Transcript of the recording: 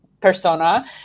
persona